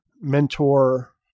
mentor